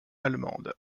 allemande